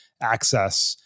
access